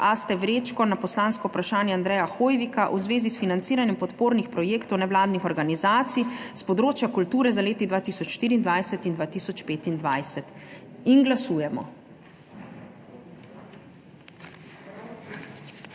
Aste Vrečko na poslansko vprašanje Andreja Hoivika v zvezi s financiranjem podpornih projektov nevladnih organizacij s področja kulture za leti 2024 in 2025. Glasujemo.